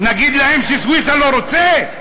שסויסה לא רוצה?